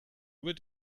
will